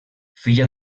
filla